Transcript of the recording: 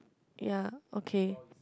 ya okay